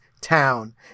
town